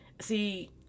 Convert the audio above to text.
See